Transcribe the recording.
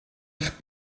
eich